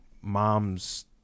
mom's